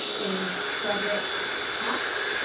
is frederick kautz.